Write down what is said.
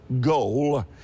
goal